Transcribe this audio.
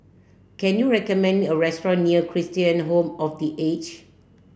can you recommend me a restaurant near Christian Home of The Age